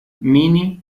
minnie